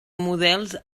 models